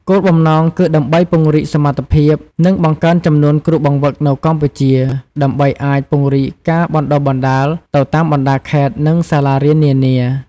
គោលបំណងគឺដើម្បីពង្រីកសមត្ថភាព និងបង្កើនចំនួនគ្រូបង្វឹកនៅកម្ពុជា ដើម្បីអាចពង្រីកការបណ្ដុះបណ្ដាលទៅតាមបណ្ដាខេត្ត និងសាលារៀននានា។